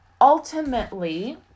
ultimately